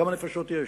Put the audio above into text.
כמה נפשות יש.